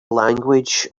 language